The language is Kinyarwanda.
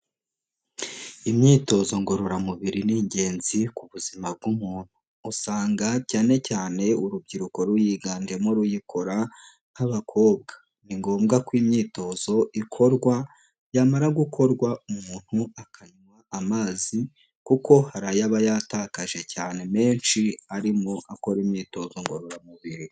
Imyitozo ngororamubiri ni ingenzi ku buzima bw'umuntu. Usanga cyane cyane urubyiruko ruyiganjemo ruyikora nk'abakobwa. Ni ngombwa ko imyitozo ikorwa, yamara gukorwa umuntu akanywa amazi kuko hari ayo aba yatakaje cyane menshi, arimo akora imyitozo ngororamubiri.